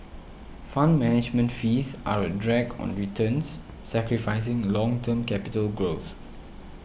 fund management fees are a drag on returns sacrificing long term capital growth